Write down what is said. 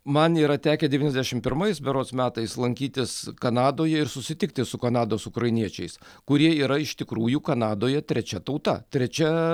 man yra tekę devyniasdešimt pirmais berods metais lankytis kanadoje ir susitikti su kanados ukrainiečiais kurie yra iš tikrųjų kanadoje trečia tauta trečia